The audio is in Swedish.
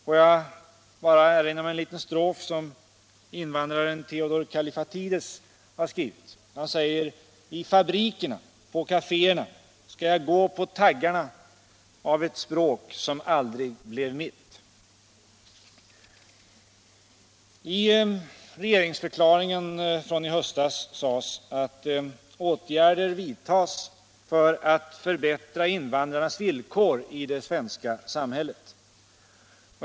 Får jag bara erinra om en liten strof som invandraren Theodor Kallifatides har skrivit och där han säger: I fabrikerna, på kaféerna skall jag gå på taggarna av ett språk som aldrig blev mitt. I regeringsförklaringen från i höstas sades: Åtgärder vidtas för att förbättra invandrarnas villkor i det svenska samhället.